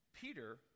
Peter